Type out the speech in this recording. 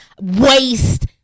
waste